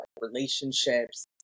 relationships